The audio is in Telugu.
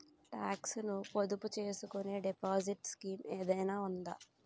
టాక్స్ ను పొదుపు చేసుకునే డిపాజిట్ స్కీం ఏదైనా ఉందా?